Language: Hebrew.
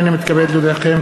הנני מתכבד להודיעכם,